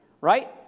Right